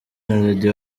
melody